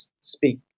speak